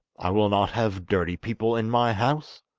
i will not have dirty people in my house